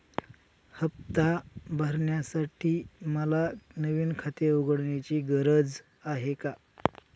हफ्ता भरण्यासाठी मला नवीन खाते उघडण्याची गरज आहे का?